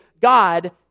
God